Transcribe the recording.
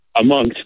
amongst